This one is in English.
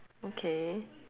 okay